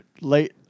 late